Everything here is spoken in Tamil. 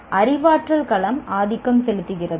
அறிவாற்றல் களம் ஆதிக்கம் செலுத்துகிறதா